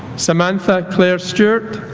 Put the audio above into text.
samantha claire stewart